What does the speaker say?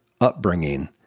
upbringing